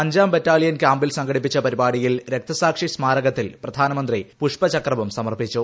അഞ്ചാം ബറ്റാലിയൻ ക്യാമ്പിൽ സംഘടിപ്പിച്ച പരിപാടിയിൽ രക്തസാക്ഷി സ്മാരകത്തിൽ പ്രധാന മന്ത്രി പുഷ്പചക്രവും സമർപ്പിച്ചു